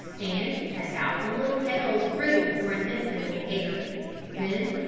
and a thousand little tails wriggled for an instant in the air then,